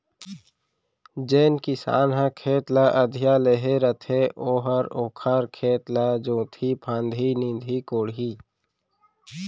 जेन किसान ह खेत ल अधिया लेहे रथे ओहर ओखर खेत ल जोतही फांदही, निंदही कोड़ही